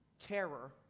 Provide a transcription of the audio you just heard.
terror